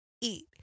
Eat